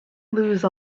lose